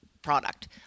product